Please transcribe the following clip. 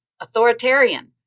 authoritarian